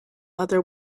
other